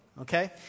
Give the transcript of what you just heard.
Okay